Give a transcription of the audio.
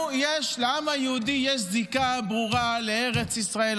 לנו, לעם היהודי, יש זיקה ברורה לארץ ישראל.